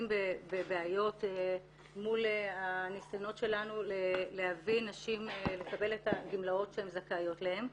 בבעיות מול הניסיונות שלנו להביא נשים לקבל את הגמלאות שהן זכאיות להן.